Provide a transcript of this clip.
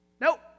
Nope